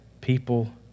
people